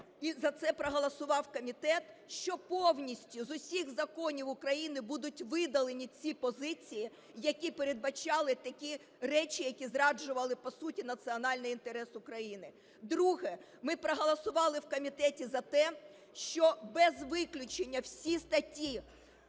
і за це проголосував комітет, що повністю, з усіх законів України, будуть видалені ці позиції, які передбачали такі речі, які зраджували по суті національний інтерес України. Друге. Ми проголосували в комітеті за те, що без виключення всі статті